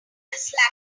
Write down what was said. does